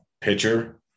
pitcher